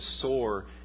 soar